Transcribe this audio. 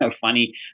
funny